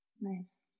nice